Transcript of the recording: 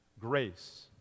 grace